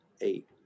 eight